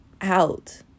out